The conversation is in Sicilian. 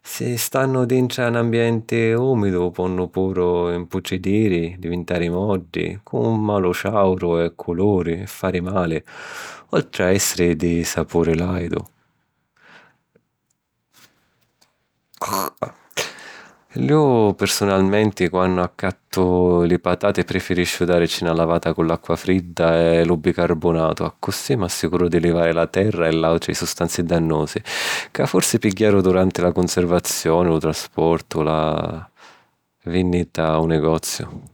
Si stannu dintra a 'n ambienti ùmidu, ponnu puru imputridiri, divintari moddi, cu un malu ciàuru e culuri, e fari mali, oltri a èssiri di sapuri laidiu. Iu, pirsunalmenti, quannu accattu li patati prifirisciu dàrici na lavata cu l’acqua fridda e lu bicarbunatu, accussì m’assicuru di livari la terra e l’àutri sustanzi dannusi ca forsi pigghiaru duranti la cunservazioni, lu trasportu, o la vìnnita ô negoziu.